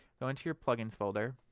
go into your plugins folder,